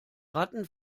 ratten